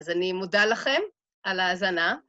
אז אני מודה לכם על ההאזנה.